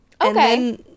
okay